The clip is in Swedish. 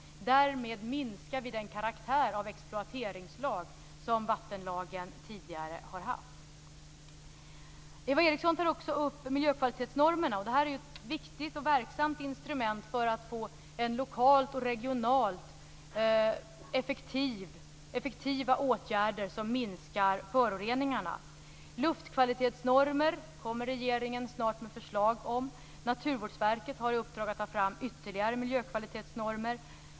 Därmed minskar vi den karaktär av exploateringslag som vattenlagen tidigare har haft. Eva Eriksson tar också upp miljökvalitetsnormerna. Det är ett viktigt och verksamt instrument för att få lokalt och regionalt effektiva åtgärder som minskar föroreningarna. Luftkvalitetsnormer kommer regeringen snart med förslag om. Naturvårdsverket har i uppdrag att ta fram ytterligare miljökvalitetsnormer.